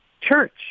Church